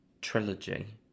trilogy